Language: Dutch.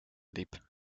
liep